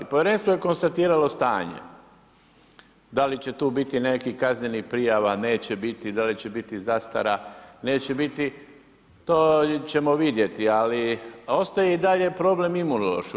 Povjerenstvo je konstatiralo stanje da li će tu biti nekih kaznenih prijava neće biti, da li će biti zastara, neće biti, to ćemo vidjeti, ali ostaje i dalje problem Imunološkog.